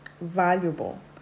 valuable